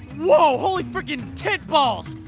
whoa! holy frickin' tit-balls!